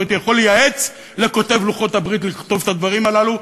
או שהייתי יכול לייעץ לכותב לוחות הברית לכתוב את הדברים הללו,